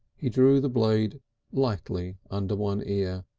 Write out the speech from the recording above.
he drew the blade lightly under one ear.